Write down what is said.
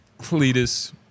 Cletus